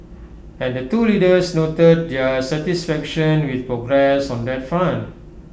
and the two leaders noted their satisfaction with progress on that front